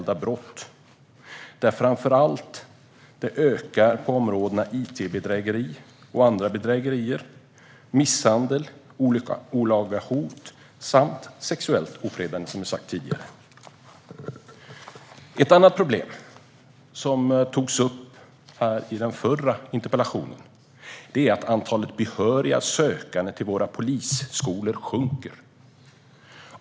De brott som ökar är framför allt it-bedrägerier och andra bedrägerier, misshandel, olaga hot samt sexuellt ofredande. Ett annat problem som togs upp i den förra interpellationsdebatten är att antalet behöriga sökande till polisskolorna minskar.